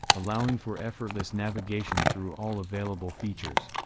allowing for effortless navigation through all available features.